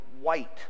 white